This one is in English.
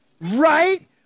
Right